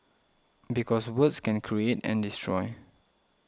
because words can create and destroy